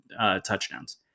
touchdowns